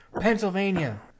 Pennsylvania